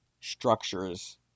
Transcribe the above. structures